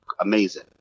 amazing